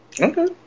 Okay